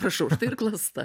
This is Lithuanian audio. prašau štai ir klasta